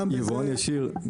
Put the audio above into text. יבואן ישיר,